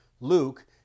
Luke